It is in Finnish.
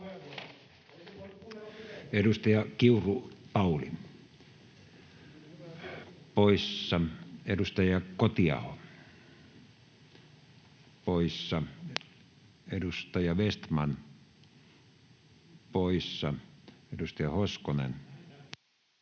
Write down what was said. Edustaja Pauli Kiuru poissa, edustaja Kotiaho poissa, edustaja Vestman poissa. — Edustaja Hoskonen.